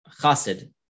chassid